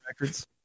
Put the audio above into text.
records